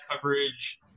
coverage